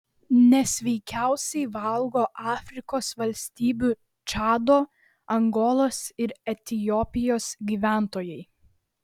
nesveikiausiai valgo afrikos valstybių čado angolos ir etiopijos gyventojai